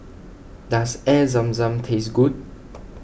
does Air Zam Zam taste good